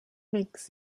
makes